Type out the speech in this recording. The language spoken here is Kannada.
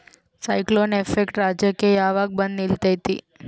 ಸೈಕ್ಲೋನ್ ಎಫೆಕ್ಟ್ ರಾಜ್ಯಕ್ಕೆ ಯಾವಾಗ ಬಂದ ನಿಲ್ಲತೈತಿ?